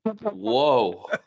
Whoa